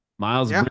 Miles